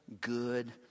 good